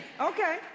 Okay